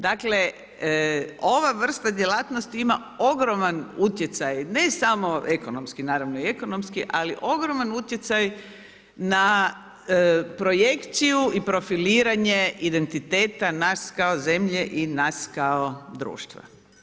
Dakle, ova vrsta djelatnosti ima ogroman utjecaj ne samo ekonomski, naravno i ekonomski ali ogroman utjecaj na projekciju i profiliranje identiteta nas kao zemlje i nas kao društva.